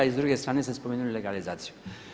I s druge strane ste spomenuli legalizaciju.